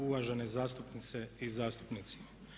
Uvažene zastupnice i zastupnici.